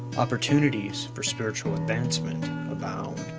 opportunities for spiritual advancement abound.